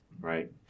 Right